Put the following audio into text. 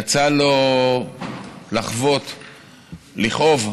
יצא לו לחוות, לכאוב,